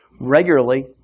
regularly